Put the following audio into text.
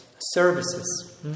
services